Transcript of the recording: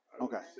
Okay